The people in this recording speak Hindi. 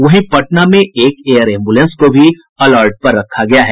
वहीं पटना में एक एयर एम्बुलेंस को भी अलर्ट पर रखा गया है